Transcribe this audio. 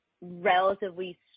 relatively